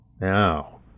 Now